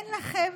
אין לכם